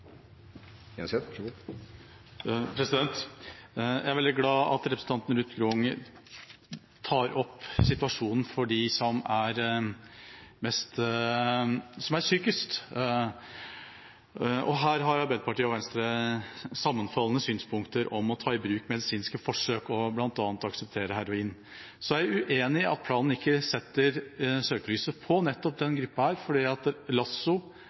Ruth Grung tar opp situasjonen for dem som er sykest. Her har Arbeiderpartiet og Venstre sammenfallende synspunkter på det å ta i bruk medisinske forsøk og bl.a. akseptere heroin. Så er jeg uenig i at planen ikke setter søkelyset på nettopp denne gruppen. LASSO og flere lignende prosjekter, som skal utvides, blir tydelig nevnt. Det er jo nettopp pasienter som er for syke til å falle innunder LAR-ordningen, LASSO